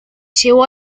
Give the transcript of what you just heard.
llevó